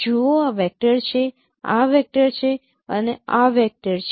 જુઓ આ વેક્ટર છે આ વેક્ટર છે અને આ વેક્ટર છે